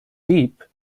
deep